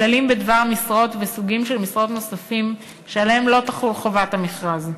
כללים בדבר משרות וסוגים נוספים של משרות שעליהם לא תחול חובת המכרז.